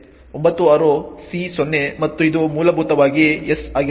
96 C0 ಮತ್ತು ಇದು ಮೂಲಭೂತವಾಗಿ s ಆಗಿರುತ್ತದೆ